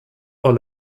are